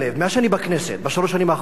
מאז שאני בכנסת, בשלוש השנים האחרונות,